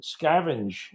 scavenge